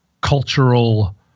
cultural